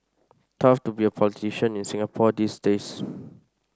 tough to be a politician in Singapore these days